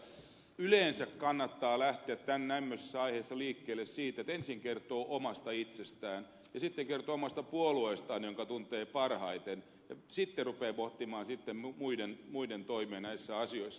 yleensä kannattaa lähteä tämmöisessä aiheessa liikkeelle siitä että ensin kertoo omasta itsestään ja sitten kertoo omasta puolueestaan jonka tuntee parhaiten ja sitten rupeaa pohtimaan muiden toimia näissä asioissa